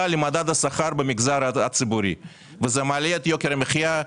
למדד השכר במגזר הציבורי וזה מעלה את יוקר המחיה,